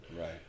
Right